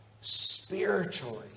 spiritually